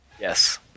Yes